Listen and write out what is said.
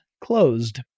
closed